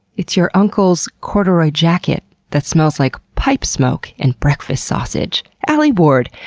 it's your uncle's corduroy jacket that smells like pipe smoke and breakfast sausage, alie ward,